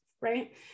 right